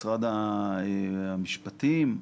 משרד המשפטים,